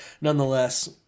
Nonetheless